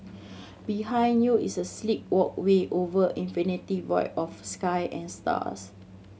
behind you is a sleek walkway over infinite void of sky and stars